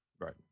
Right